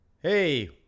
Hey